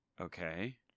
Okay